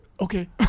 Okay